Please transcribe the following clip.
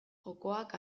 jokoak